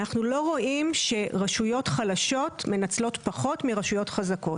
אנחנו לא רואים שרשויות חלשות מנצלות פחות מרשויות חזקות.